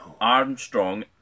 Armstrong